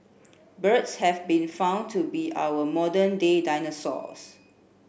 birds have been found to be our modern day dinosaurs